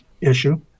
issue